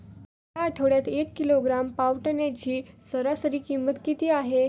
या आठवड्यात एक किलोग्रॅम पावट्याची सरासरी किंमत किती आहे?